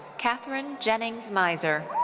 katherine jennings meiser.